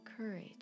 courage